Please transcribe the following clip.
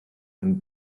and